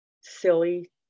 silly